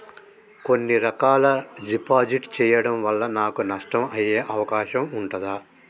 కొన్ని రకాల డిపాజిట్ చెయ్యడం వల్ల నాకు నష్టం అయ్యే అవకాశం ఉంటదా?